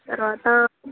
తర్వాత